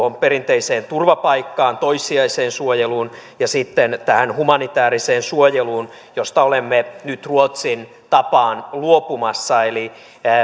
perinteiseen turvapaikkaan toissijaiseen suojeluun ja sitten tähän humanitääriseen suojeluun josta olemme nyt ruotsin tapaan luopumassa eli